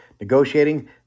negotiating